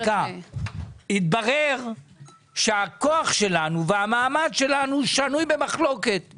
התברר שהכוח שלנו והמעמד שלנו שנויים במחלוקת.